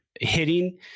hitting